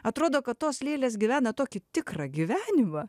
atrodo kad tos lėlės gyvena tokį tikrą gyvenimą